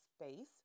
space